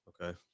Okay